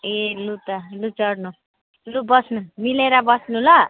ए लु त लु चढ्नु लु बस्नु मिलेर बस्नु ल